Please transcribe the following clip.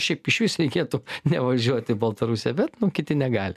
šiaip išvis reikėtų nevažiuot į baltarusiją bet nu kiti negali